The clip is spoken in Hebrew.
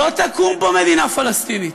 לא תקום פה מדינה פלסטינית.